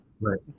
right